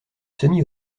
semi